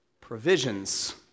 Provisions